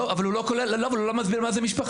אבל הוא לא מסביר מה זה משפחה.